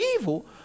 evil